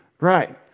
right